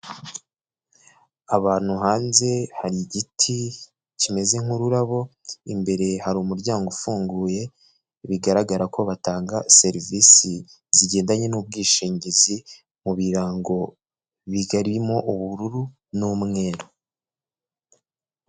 Abantu hanze hari igiti kimeze nk'ururabo, imbere hari umuryango ufunguye, bigaragara ko batanga serivisi zigendanye n'ubwishingizi, mu birango birimo ubururu n'umweru.